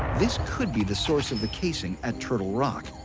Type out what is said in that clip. this could be the source of the casing at turtle rock,